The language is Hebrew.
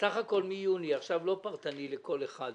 בסך הכול מיוני, עכשיו לא פרטני לכל אחד.